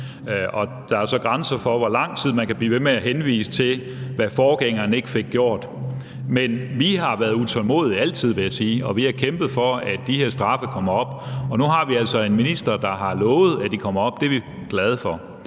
også grænser for, hvor lang tid man kan blive ved med at henvise til, hvad forgængeren ikke fik gjort. Men vi har altid været utålmodige, vil jeg sige, og vi har kæmpet for, at de her straffe kommer op. Og nu har vi altså en minister, der har lovet, at de kommer op, og det er vi glade for.